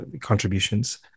contributions